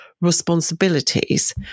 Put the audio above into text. responsibilities